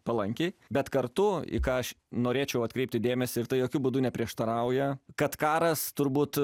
palankiai bet kartu į ką aš norėčiau atkreipti dėmesį ir tai jokiu būdu neprieštarauja kad karas turbūt